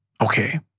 Okay